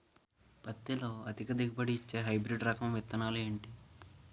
పత్తి లో అధిక దిగుబడి నిచ్చే హైబ్రిడ్ రకం విత్తనాలు ఏంటి